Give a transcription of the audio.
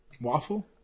Waffle